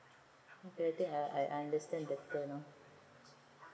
okay I think I I understand better now